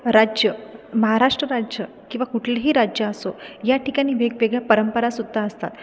राज्य महाराष्ट्र राज्य किंवा कुठलेही राज्य असो या ठिकाणी वेगवेगळ्या परंपरा सुद्धा असतात